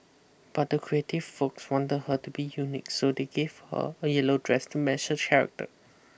but the creative folks want her to be unique so they gave her a yellow dress to match her character